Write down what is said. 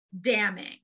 damning